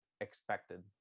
expected